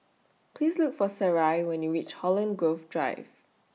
Please Look For Sarai when YOU REACH Holland Grove Drive